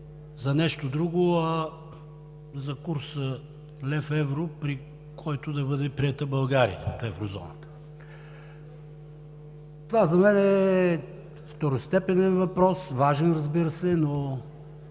за нещо друго, а за курса лев – евро, при който да бъде приета България в Еврозоната. За мен това е второстепенен въпрос, разбира се,